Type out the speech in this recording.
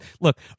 look